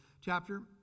chapter